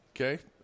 Okay